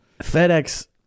FedEx